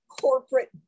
corporate